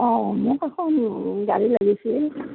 অ' মোক এখন গাড়ী লাগিছিল